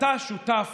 ואתה שותף